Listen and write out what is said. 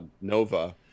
nova